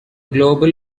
global